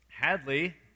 Hadley